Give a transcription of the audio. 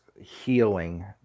healing